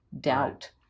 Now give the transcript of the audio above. doubt